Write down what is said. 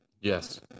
Yes